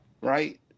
Right